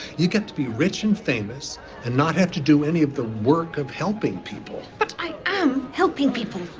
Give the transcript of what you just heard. you get to be rich and famous and not have to do any of the work of helping people. but i am helping people.